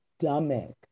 stomach